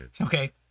Okay